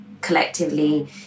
collectively